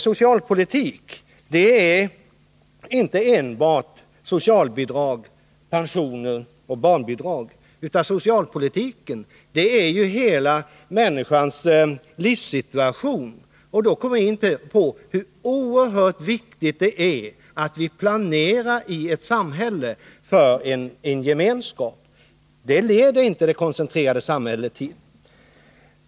Socialpolitik är inte enbart pensioner och olika slags bidrag, utan socialpolitiken omfattar människans hela livssituation. Då kommer vi in på hur oerhört viktigt det är att vi planerar samhället för en gemenskap. Det leder inte det koncentrerade samhället till.